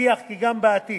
יבטיח כי גם בעתיד